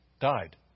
died